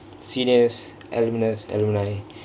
seniors alumnus alumni